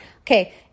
Okay